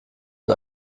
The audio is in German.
und